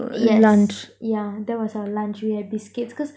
yes yeah that was our lunch we had biscuits cause